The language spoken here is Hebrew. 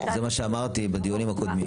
זה מה שאמרתי בדיונים הקודמים,